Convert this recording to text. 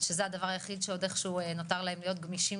שזה הדבר היחיד שעוד איך שהוא נותר להם להיות גמישים